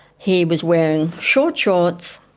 he was wearing short shorts,